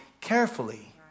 carefully